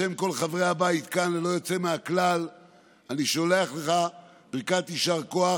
בשם כל חברי הבית כאן ללא יוצא מהכלל אני שולח לך ברכת יישר כוח.